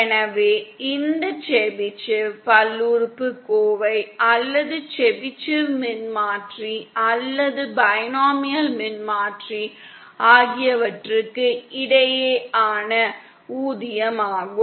எனவே இது செபிஷேவ் பல்லுறுப்புக்கோவை அல்லது செபிஷேவ் மின்மாற்றி அல்லது பைனாமியல் மின்மாற்றி ஆகியவற்றுக்கு இடையேயான ஊதியமாகும்